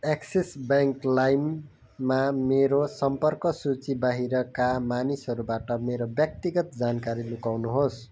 axis bank लाइममा मेरो सम्पर्क सूची बाहिरका मानिसहरूबाट मेरो ब्यक्तिगत जानकारी लुकाउनुहोस्